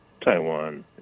Taiwan